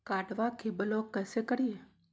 कार्डबा के ब्लॉक कैसे करिए?